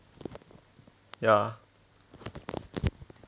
ya